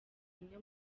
zimwe